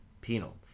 penal